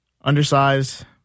undersized